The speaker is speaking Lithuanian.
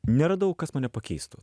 neradau kas mane pakeistų